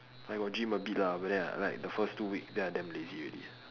I got gym a bit lah but then like the first two week then I damn lazy already